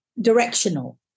directional